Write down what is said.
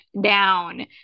down